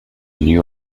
new